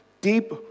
deep